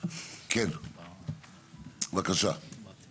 הסדר שהוא די דומה.